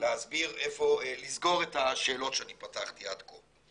להסביר איפה לסגור את השאלות שאני פתחתי עד כה: